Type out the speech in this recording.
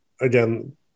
again